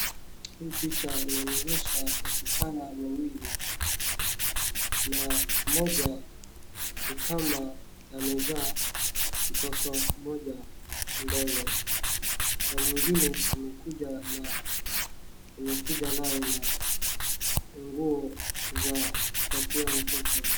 Hii picha inanionyesha wasichana wawili, na mmoja ni kama amezaa mtoto mmoja mdogo na mwingine amekuja na, amekuja naye na nguo za kupatia watoto.